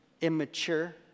immature